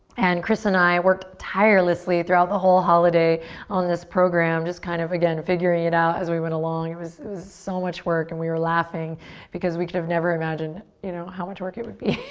and chris and i worked tirelessly throughout the whole holiday on this program just kind of, again, figuring it out as we went along. it was so much work and we were laughing because we could've never imagined, you know, how much work it would be.